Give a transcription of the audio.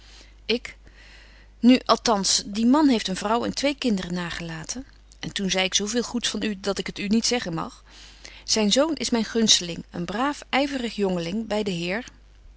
ik nu althans die man heeft een vrouw en twee kinderen nagelaten en toen zei ik zo veel goeds van u dat ik het u niet zeggen mag zyn zoon is myn gunsteling een braaf yvrig jongeling by den